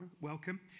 welcome